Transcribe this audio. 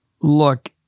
look